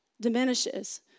diminishes